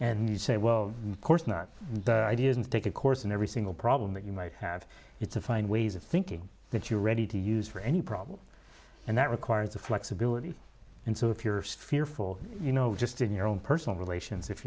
and you say well of course not i didn't take a course in every single problem that you might have used to find ways of thinking that you're ready to use for any problem and that requires a flexibility and so if you're still here for you know just in your own personal relations if